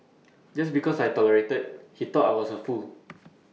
just because I tolerated he thought I was A fool